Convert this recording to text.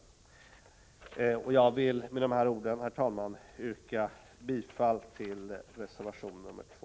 Herr talman! Jag vill med dessa ord yrka bifall till reservation 2.